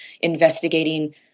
investigating